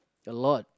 a lot